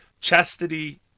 Chastity